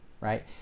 right